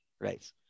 right